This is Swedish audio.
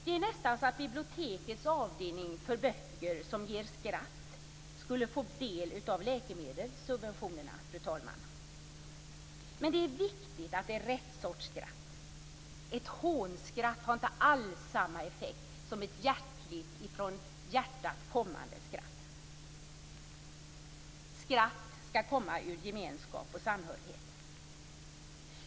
Det är nästan så att bibliotekets avdelning för böcker som ger skratt borde få del av läkemedelssubventionerna, fru talman. Men det är viktigt att det är rätt sorts skratt. Ett hånskratt har inte alls samma effekt som ett hjärtligt, från hjärtat kommande skratt. Skratt skall komma ur gemenskap och samhörighet.